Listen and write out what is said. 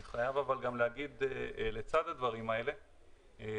אני חייב לומד לצד הדברים האלה שיש